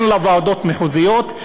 אין לה ועדות מחוזיות,